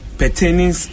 pertaining